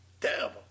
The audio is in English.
Terrible